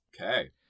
Okay